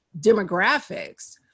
demographics